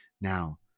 Now